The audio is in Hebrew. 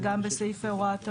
וגם בסעיף הוראת המעבר.